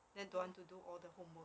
then don't want to do all the homework